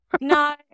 No